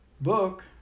book